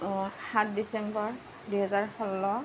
সাত ডিচেম্বৰ দুহেজাৰ ষোল্ল